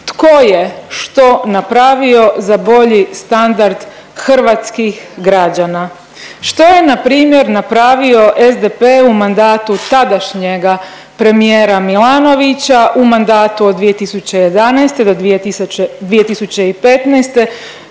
tko je što napravio za bolji standard hrvatskih građana? Što je npr. napravio SDP u mandatu tadašnjega premijera Milanovića u mandatu od 2011. do 2015.